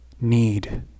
need